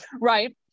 right